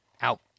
out